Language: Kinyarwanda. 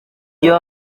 iyo